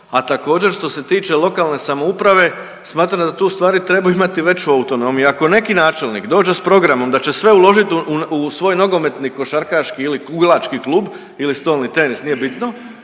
a također što se tiče lokalne samouprave, smatram da tu stvari trebaju imati veću autonomiju. I ako neki načelnik dođe s programom da će sve uložiti u svoj nogometni, košarkaški ili kuglački klub ili stolni tenis nije bitno